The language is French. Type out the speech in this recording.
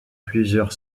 plusieurs